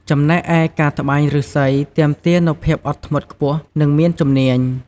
ចំណែកឯការត្បាញឫស្សីទាមទារនូវភាពអត់ធ្មត់ខ្ពស់ និងមានជំនាញ។